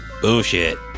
bullshit